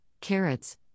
carrots